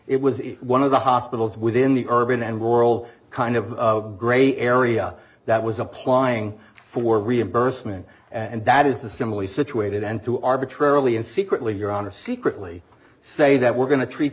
it was one of the hospitals within the urban and rural kind of grey area that was applying for reimbursement and that is a similarly situated end to arbitrarily and secretly your honor secretly say that we're going to treat